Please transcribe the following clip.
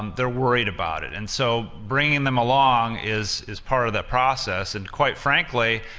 um they're worried about it. and so bringing them along is is part of that process, and quite frankly,